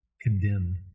condemned